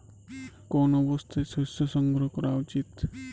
কোন অবস্থায় শস্য সংগ্রহ করা উচিৎ?